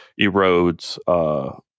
erodes